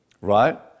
right